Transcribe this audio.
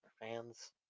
fans